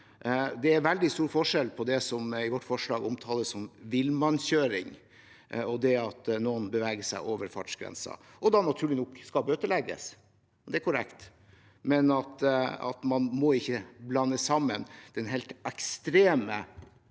Det er veldig stor forskjell på det som i vårt forslag omtales som villmannskjøring, og det at noen beveger seg over fartsgrensen – som naturlig nok skal bøtelegges, det er korrekt. Man må likevel ikke blande sammen det med den helt ekstreme typen